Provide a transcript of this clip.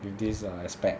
with this err aspect